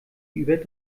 über